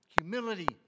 Humility